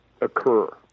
occur